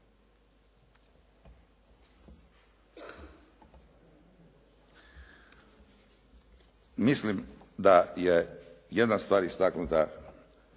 Mislim da je jedna stvar istaknuta